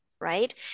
right